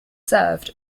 served